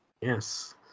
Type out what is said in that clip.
Yes